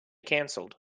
canceled